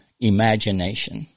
imagination